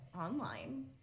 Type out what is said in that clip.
online